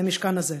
מהמשכן הזה.